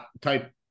type